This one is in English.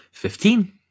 Fifteen